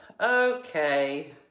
Okay